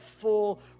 full